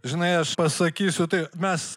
žinai aš pasakysiu tai mes